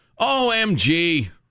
OMG